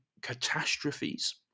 catastrophes